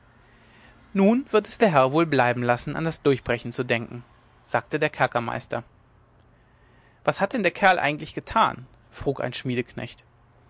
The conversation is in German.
nun wird es der herr wohl bleiben lassen an das durchbrechen zu denken sagte der kerkermeister was hat denn der kerl eigentlich getan frug ein